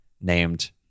named